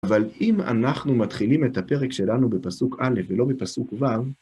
אבל אם אנחנו מתחילים את הפרק שלנו בפסוק א' ולא בפסוק ו',